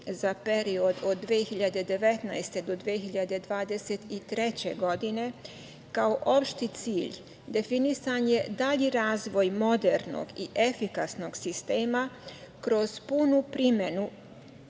za period od 2019. godine do 2023. godine kao opšti cilj definisan je dalji razvoj modernog i efikasnog sistema kroz punu primenu